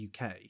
UK